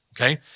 okay